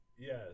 Yes